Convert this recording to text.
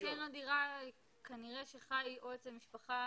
מי שאין לו דירה כנראה שחי או אצל משפחה